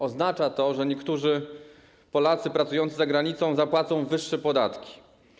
Oznacza to, że niektórzy Polacy pracujący za granicą zapłacą wyższe podatki.